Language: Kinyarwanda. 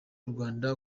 rwanda